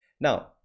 Now